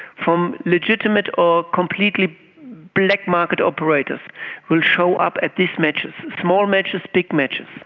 from legitimate or completely black market operators will show up at these matches, small matches, big matches.